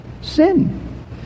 sin